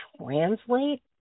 translate